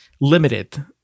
limited